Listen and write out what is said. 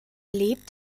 lebt